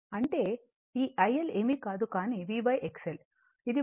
ఈ IL ఏమీ కాదు కానీ V XL ఇది మాగ్నిట్యూడ్